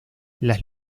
las